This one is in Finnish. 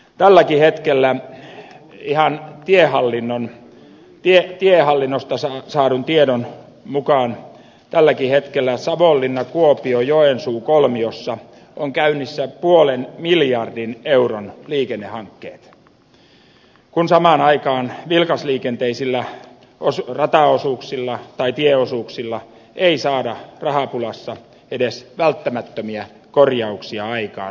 tälläkin hetkellä ihan tiehallinnosta saadun tiedon mukaan savonlinnakuopiojoensuu kolmiossa on käynnissä puolen miljardin euron liikennehankkeet kun samaan aikaan vilkasliikenteisillä rataosuuksissa tai tieosuuksilla ei saada rahapulassa edes välttämättömiä korjauksia aikaan